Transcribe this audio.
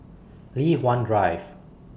Li Hwan Drive